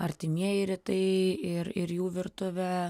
artimieji rytai ir ir jų virtuvė